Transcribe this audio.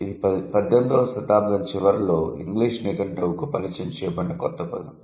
ఇది 18 వ శతాబ్దం చివరలో ఇంగ్లీష్ నిఘంటువుకు పరిచయం చేయబడిన కొత్త పదం